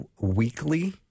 weekly